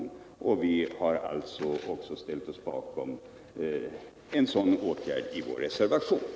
Vi har också i vår reservation ställt oss bakom Nr 48